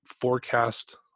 forecast